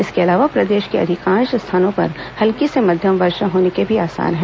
इसके अलावा प्रदेश के अधिकांश स्थानों पर हल्की से मध्यम वर्षा होने के भी आसार हैं